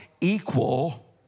equal